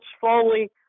Foley